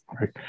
Right